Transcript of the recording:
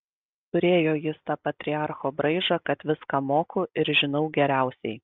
turėjo jis tą patriarcho braižą kad viską moku ir žinau geriausiai